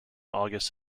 august